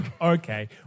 Okay